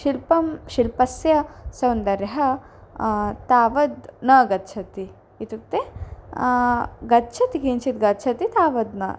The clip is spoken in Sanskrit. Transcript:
शिल्पं शिल्पस्य सौन्दर्यः तावद् न गच्छति इत्युक्ते गच्छति किञ्चित् गच्छति तावद् न